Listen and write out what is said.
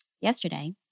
yesterday